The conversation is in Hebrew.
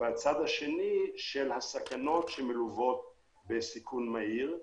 ומצד שני את הסכנות שמלוות בחיסון מהיר,